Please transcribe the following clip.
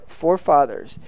forefathers